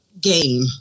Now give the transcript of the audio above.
game